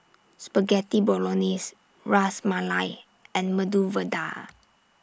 Spaghetti Bolognese Ras Malai and Medu Vada